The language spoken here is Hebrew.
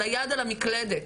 של היד על המקלדת,